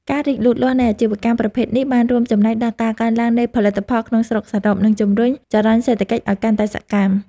ការរីកលូតលាស់នៃអាជីវកម្មប្រភេទនេះបានរួមចំណែកដល់ការកើនឡើងនៃផលិតផលក្នុងស្រុកសរុប និងជម្រុញចរន្តសេដ្ឋកិច្ចឲ្យកាន់តែសកម្ម។